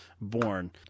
born